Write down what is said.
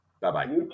Bye-bye